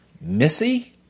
Missy